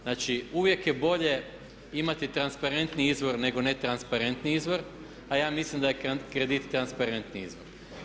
Znači, uvijek je bolje imati transparentniji izvor nego netransparentni izvor a ja mislim da je kredit transparentni izvor.